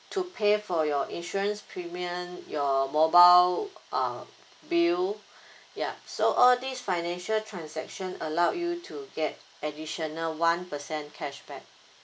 to pay for your insurance premium your mobile uh bill ya so all these financial transaction allow you to get additional one percent cashback